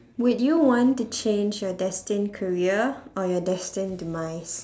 would you want to change your destined career or your destined demise